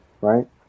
right